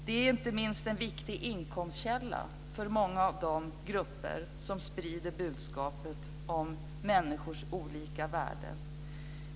Det är inte minst en viktig inkomstkälla för många av de grupper som sprider budskapet om människors olika värden.